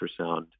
ultrasound